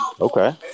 Okay